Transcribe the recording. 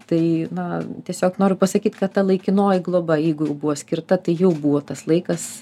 tai na tiesiog noriu pasakyt kad ta laikinoji globa jeigu jau buvo skirta tai jau buvo tas laikas